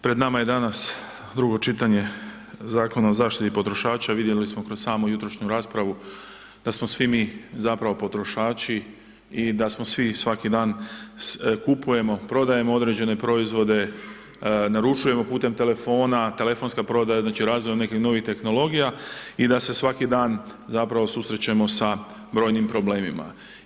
Pred nama je danas drugo čitanje Zakona o zaštiti potrošača, vidjeli smo kroz samu jutrošnju raspravu da smo svi zapravo potrošači i da smo svi svaki dan, kupujemo, prodajemo određene proizvode, naručujemo putem telefona, telefonska prodaja, znači razvoj nekih novih tehnologija i da se svaki dan zapravo susrećemo sa brojnim problemima.